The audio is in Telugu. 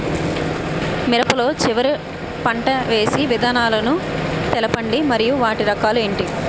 మిరప లో చివర పంట వేసి విధానాలను తెలపండి మరియు వాటి రకాలు ఏంటి